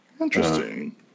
Interesting